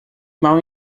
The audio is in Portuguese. mal